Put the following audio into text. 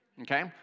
okay